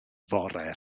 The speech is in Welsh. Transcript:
fore